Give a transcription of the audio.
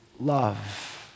love